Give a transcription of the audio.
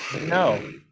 No